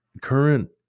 current